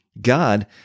God